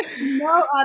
No